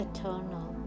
Eternal